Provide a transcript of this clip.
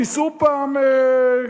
תיסעו פעם לסיור,